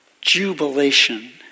jubilation